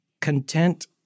content